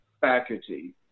faculty